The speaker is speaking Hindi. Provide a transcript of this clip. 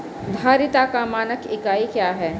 धारिता का मानक इकाई क्या है?